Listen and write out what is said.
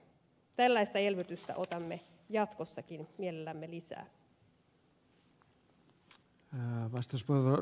tällaista elvytystä otamme jatkossakin mielellämme lisää